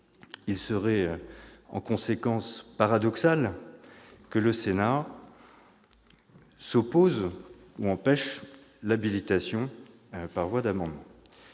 Il serait en conséquence paradoxal que le Sénat s'oppose à l'habilitation par voie d'amendement.